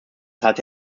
hatte